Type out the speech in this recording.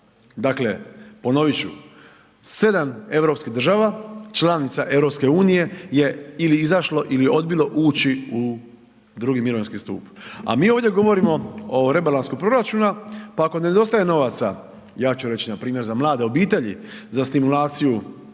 Dakle, ponovit ću 7 europskih država članica EU je ili izašlo ili odbilo ući u drugi mirovinski stup, a mi ovdje govorimo o rebalansu proračuna pa ako nedostaje novaca ja ću reći npr. za mlade obitelji, za stimulaciju,